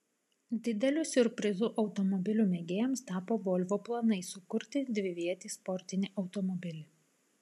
dideliu siurprizu automobilių mėgėjams tapo volvo planai sukurti dvivietį sportinį automobilį